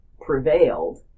prevailed